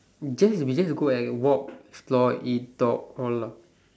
just we just go and walk explore eat talk all lah